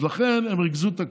אז לכן הם ריכזו את הכוח,